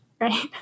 right